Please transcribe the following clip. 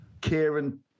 Kieran